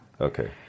Okay